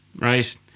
right